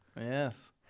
yes